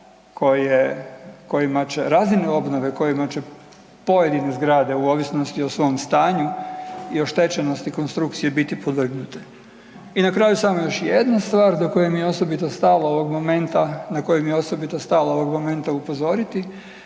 kojima će, razine obnove kojima će pojedine zgrade u ovisnosti o svom stanju i oštećenosti konstrukcije biti podvrgnute. I na kraju samo još jedna stvar do koje mi je osobito stalo ovog momenta,